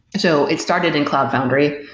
so it started in cloud foundry.